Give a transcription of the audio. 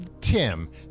Tim